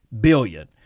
billion